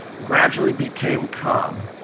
gradually became calm.